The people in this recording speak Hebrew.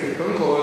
קודם כול,